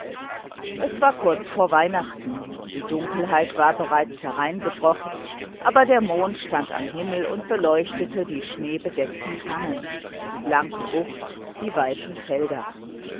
es war kurz vor weihnachten die dunkelheit war bereits hereingebrochen aber der mond stand am himmel und beleuchtete die schneebedeckten tannen die blanke bucht die weißen felder